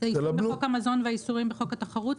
איסורים בחוק המזון ואיסורים בחוק התחרות,